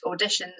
auditions